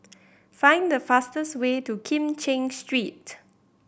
find the fastest way to Kim Cheng Street